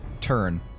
turn